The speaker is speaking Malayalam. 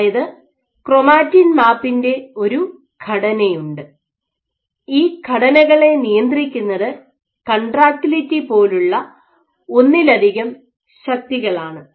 അതായത് ക്രോമാറ്റിൻ മാപ്പിൻ്റെ ഒരു ഘടനയുണ്ട് ഈ ഘടനകളെ നിയന്ത്രിക്കുന്നത് കൺട്രാക്റ്റിലിറ്റി പോലുള്ള ഒന്നിലധികം ശക്തികളാണ്